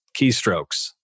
keystrokes